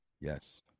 yes